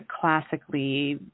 classically